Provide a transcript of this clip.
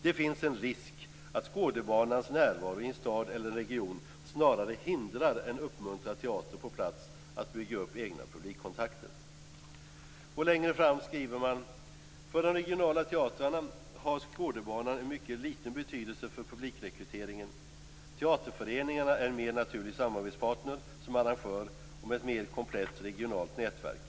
Det finns en risk att Skådebanans närvaro i en stad eller region snarare hindrar än uppmuntrar teatern på plats att bygga upp egna publikkontakter. Längre fram i utredningen framgår det att för de regionala teatrarna har Skådebanan en mycket liten betydelse för publikrekryteringen. Teaterföreningarna är mer naturlig samarbetspartner som arrangör och med mer komplett regionalt nätverk.